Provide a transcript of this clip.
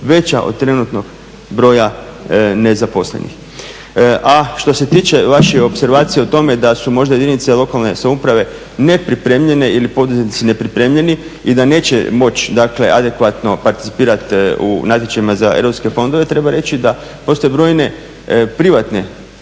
veća od trenutnog broja nezaposlenih. A što se tiče vaših opservacija o tome da su možda jedinice lokalne samouprave nepripremljene ili poduzetnici nepripremljeni i da neće moći adekvatno participirat u natječajima za europske fondove, treba reći da postoje brojne privatne